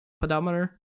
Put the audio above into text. pedometer